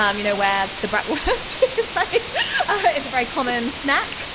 um you know where the bratwurst a very common snack!